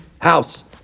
house